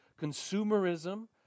consumerism